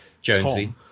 Jonesy